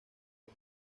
mil